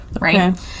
right